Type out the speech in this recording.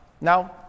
now